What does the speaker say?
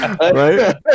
Right